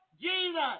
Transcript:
Jesus